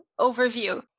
overview